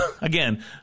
again